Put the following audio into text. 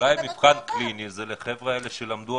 אולי מבחן קליני הוא לחבר'ה האלה שלמדו.